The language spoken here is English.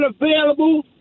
available